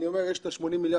אני אומר: יש את ה-80 מיליארד,